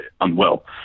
unwell